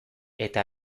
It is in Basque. eta